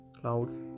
clouds